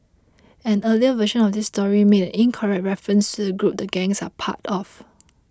an earlier version of this story made an incorrect reference to the group the gangs are part of